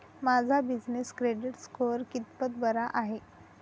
माझा business credit score कितपत बरा आहे?